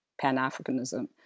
pan-Africanism